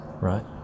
Right